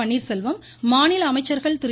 பன்னீர்செல்வம் மாநில அமைச்சர்கள் திரு